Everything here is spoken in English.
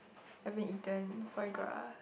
haven't eaten foie gras